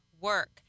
work